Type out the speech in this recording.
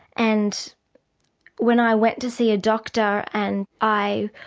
and when i went to see a doctor and i